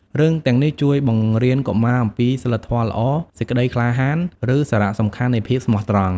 រឿងទាំងនេះជួយបង្រៀនកុមារអំពីសីលធម៌ល្អ សេចក្ដីក្លាហាន ឬសារៈសំខាន់នៃភាពស្មោះត្រង់។